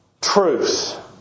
truth